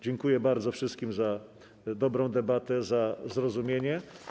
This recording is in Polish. Dziękuję bardzo wszystkim za dobrą debatę, za zrozumienie.